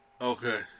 okay